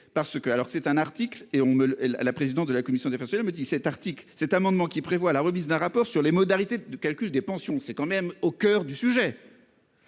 parce que alors c'est un article et on me le la la président de la commission du personnel à me dit cet article, cet amendement qui prévoit la remise d'un rapport sur les modalités de calcul des pensions. C'est quand même au coeur du sujet.